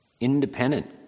Independent